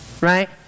right